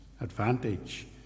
advantage